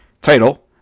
Title